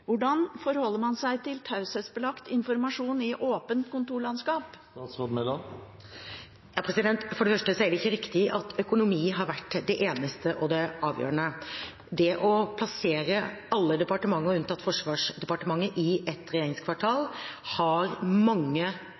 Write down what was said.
Hvordan forholder man seg til taushetsbelagt informasjon i åpent kontorlandskap? For det første er det ikke riktig at økonomi har vært det eneste avgjørende. Det å plassere alle departementer, unntatt Forsvarsdepartementet, i ett regjeringskvartal har mange